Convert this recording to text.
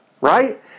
right